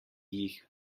jih